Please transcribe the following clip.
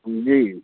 جی